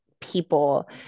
people